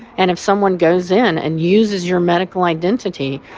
and if someone goes in and uses your medical identity,